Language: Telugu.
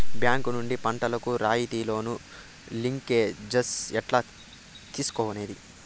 బ్యాంకు నుండి పంటలు కు రాయితీ లోను, లింకేజస్ ఎట్లా తీసుకొనేది?